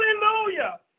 Hallelujah